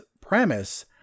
premise